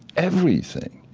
everything